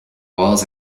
walls